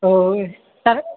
तो सर